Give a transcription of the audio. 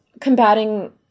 combating